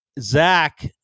Zach